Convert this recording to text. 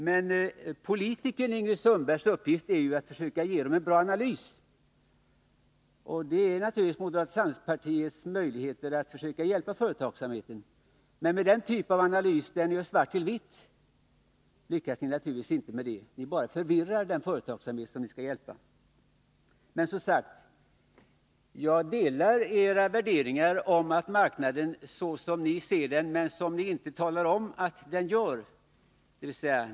Men politikern Ingrid Sundbergs uppgift är ju att försöka ge dem en bra analys, och det är naturligtvis moderaternas möjlighet att hjälpa företagsamheten. Men med den typ av analys som gör svart till vitt lyckas ni naturligtvis inte med det, ni bara förvirrar den företagsamhet som ni skall hjälpa. Som sagt, jag delar era värderingar om marknaden så som ni ser den. Men ni talar inte om att den ser ut så.